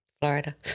Florida